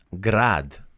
grad